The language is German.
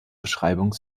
beschreibung